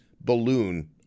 balloon